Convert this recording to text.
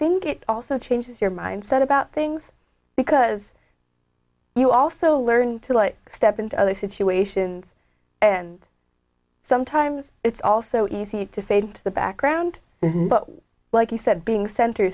think it also changes your mindset about things because you also learn to like step into other situations and sometimes it's also easy to fade into the background but like you said being cent